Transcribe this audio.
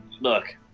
look